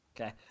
Okay